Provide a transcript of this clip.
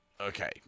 okay